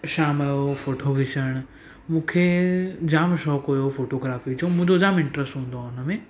शाम जो फोटो खीचण मूंखे जाम शौंक़ु हुयो फोटोग्राफी जो मुंहिंजो जाम इंटरेस्ट हूंदो हो उनमें